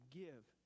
give